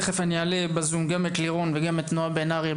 תכף אעלה בזום גם את לירון וגם את נועה בן אריה.